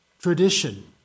tradition